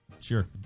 Sure